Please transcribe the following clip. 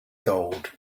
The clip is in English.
gold